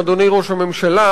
אדוני ראש הממשלה,